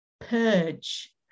purge